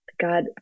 God